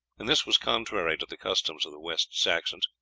and this was contrary to the customs of the west saxons,